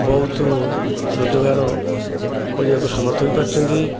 ବହୁତ ରୋଜଗାର କରିବାକୁ ସମର୍ଥ ହୋଇପାରୁଛନ୍ତି